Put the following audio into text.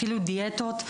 אפילו דיאטות.